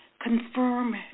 confirm